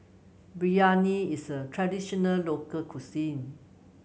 biryani is a traditional local cuisine